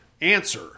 answer